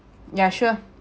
yeah sure